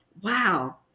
Wow